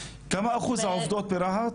כמה אחוז עובדות ברהט?